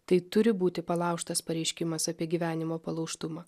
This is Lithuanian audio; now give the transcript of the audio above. tai turi būti palaužtas pareiškimas apie gyvenimo palaužtumą